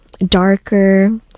darker